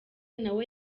nawe